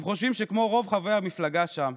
הם חושבים שכמו רוב חברי המפלגה שם,